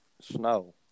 snow